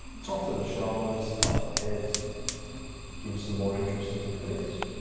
tops of the shoulders, tops of the heads gives some more interest to the piece.